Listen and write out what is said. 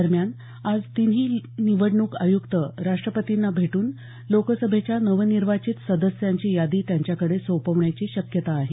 दरम्यान आज तिन्ही निवडणूक आयुक्त राष्ट्रपतींना भेटून लोकसभेच्या नवनिर्वाचित सदस्यांची यादी त्यांच्याकडे सोपवण्याची शक्यता आहे